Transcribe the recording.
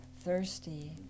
thirsty